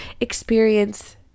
experience